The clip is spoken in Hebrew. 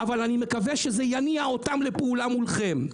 אבל אני מקווה שזה יניע אותם לפעולה מולכם.